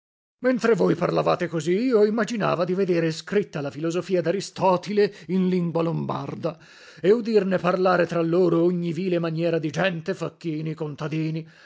mentre voi parlavate così io imaginava di vedere scritta la filosofia daristotile in lingua lombarda e udirne parlare tra loro ogni vile maniera di gente facchini contadini